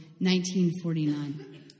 1949